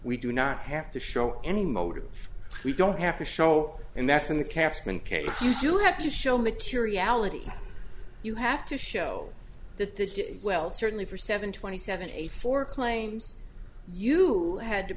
we do not have to show any motive we don't have to show and that's in the caspian case you do have to show materiality you have to show that they did well certainly for seven twenty seven eight for claims you had to